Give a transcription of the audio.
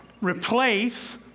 replace